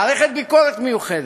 מערכת ביקורת מיוחדת,